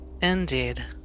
indeed